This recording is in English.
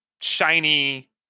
shiny